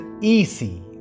easy